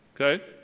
okay